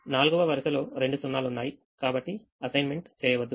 నాల్గవ వరుసలో రెండు 0 లు ఉన్నాయి కాబట్టి అసైన్మెంట్ చేయవద్దు